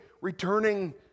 returning